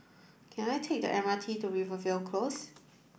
can I take the M R T to Rivervale Close